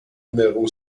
numéro